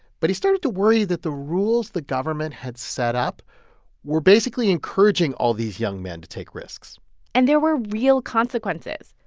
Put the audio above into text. but he started to worry that the rules the government had set up were basically encouraging all these young men to take risks and there were real consequences.